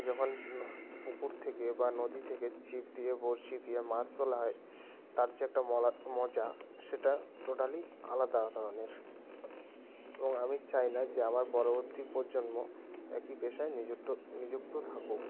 যখন পুকুর থেকে বা নদী থেকে ছিপ দিয়ে বঁড়শি দিয়ে মাছ তোলা হয় তার যে একটা মলা মজা সেটা টোটালি আলাদা ধরনের এবং আমি চাই না যে আমার পরবর্তী প্রজন্ম একই পেশায় নিযুক্ত নিযুক্ত থাকুক